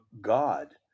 God